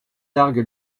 largue